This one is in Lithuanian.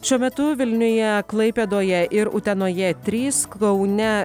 šiuo metu vilniuje klaipėdoje ir utenoje trys kaune